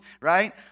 right